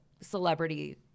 celebrity